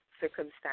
circumstances